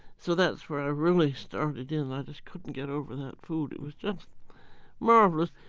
so that's where i really started in i just couldn't get over that food. it was just marvelous.